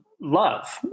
love